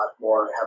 more